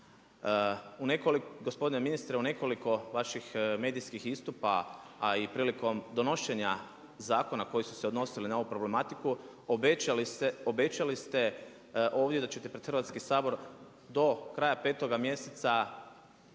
rasta. Gospodine ministre, u nekoliko vaših medijskih istupa, a i prilikom donošenja zakona koji su se odnosili na ovu problematiku obećali ste ovdje da ćete pred Hrvatski sabor do kraja petoga mjeseca